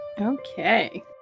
Okay